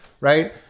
Right